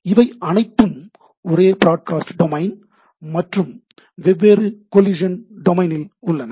இவை அனைத்தும் ஒரே பிராட்காஸ்ட் டொமைன் மற்றும் வெவ்வேறு கோலிசன் டொமைன் ல் உள்ளன